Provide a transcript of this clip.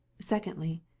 secondly